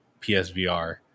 PSVR